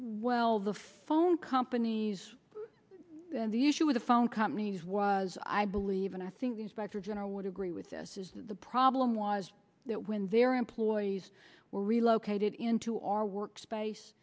while the phone companies and the issue of the phone companies was i believe and i think the inspector general would agree with this is that the problem was that when their employees were relocated into our work space